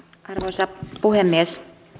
arvoisa puhemies